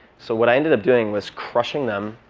so what i ended up doing was crushing them,